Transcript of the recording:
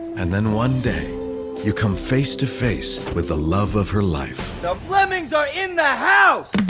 and then one day you come face to face with the love of her life. the flemmings are in the house!